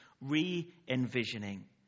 re-envisioning